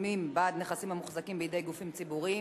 בעד נכסים המוחזקים בידי גופים ציבוריים,